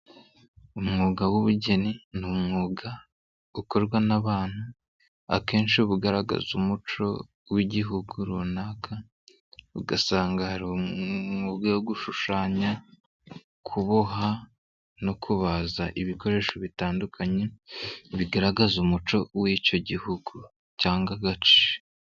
Umwuga w'ubugeni n'umwuga ukorwa n'abantu, akenshi uba ugaragaza umuco w'igihugu runaka, ugasanga hari umwuga wo gushushanya, kuboha no kubaza ibikoresho bitandukanye bigaragaza umuco w'icyo gihugu cyangwa agace.